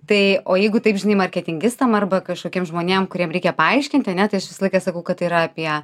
tai o jeigu taip žinai marketingistam arba kažkokiem žmonėm kuriem reikia paaiškinti ane tai aš visą laiką sakau kad tai yra apie